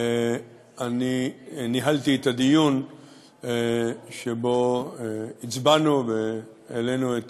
אני ניהלתי את הדיון שבו הצבענו והעלינו את